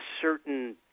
certain